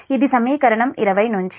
ఇది సమీకరణం 20 నుంచి